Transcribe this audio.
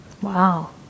Wow